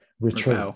retreat